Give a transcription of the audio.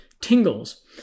tingles